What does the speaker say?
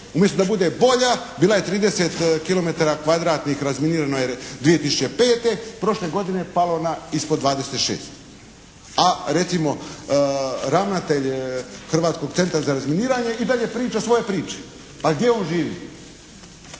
Umjesto da bude bolja, bila je 30 kilometara kvadratnih razminirano je 2005., prošle godine palo na ispod 26, a recimo ravnatelj Hrvatskog centra za razminiranje i dalje priča svoje priče. A gdje on živi?